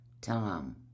Tom